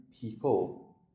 people